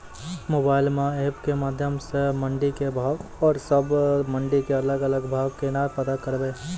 Mobile म app के माध्यम सऽ मंडी के भाव औरो सब मंडी के अलग अलग भाव केना पता करबै?